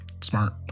Smart